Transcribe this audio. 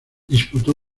disputó